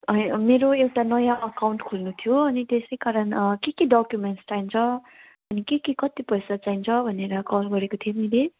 मेरो एउटा नयाँ अकाउन्ट खोल्नु थियो अनि त्यसै कारण के के डक्युमेन्ट्स चाहिन्छ अनि के के कति पैसा चाहिन्छ भनेर कल गरेको थिएँ मैले